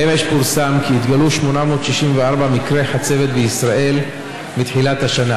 אמש פורסם כי התגלו 864 מקרי חצבת בישראל מתחילת השנה.